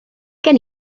gen